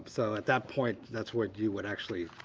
so, at that point that's where you would actually